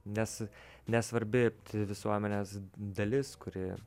nes nesvarbi visuomenės dalis kuri